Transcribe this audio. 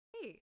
hey